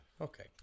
Okay